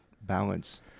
balance